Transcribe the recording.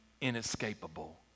inescapable